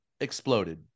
exploded